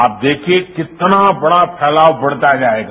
आप देखिए कितना बड़ा फैलाव बढता जाएगा